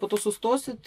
po to sustosit